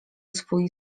swój